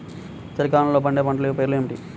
చలికాలంలో పండే పంటల పేర్లు ఏమిటీ?